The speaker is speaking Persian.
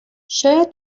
شاید